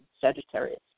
Sagittarius